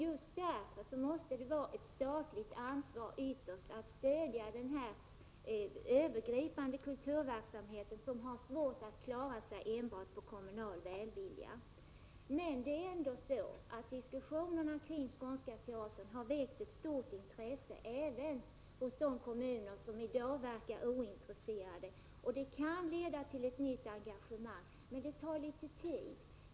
Just därför måste det ytterst vara ett statligt ansvar att stödja denna övergripande kulturverksamhet som har svårt att klara sig enbart på kommunal välvilja. Diskussionerna kring Skånska Teatern har väckt ett stort intresse även hos de kommuner som i dag verkar ointresserade, och detta kan leda till ett nytt engagemang, även om det tar litet tid.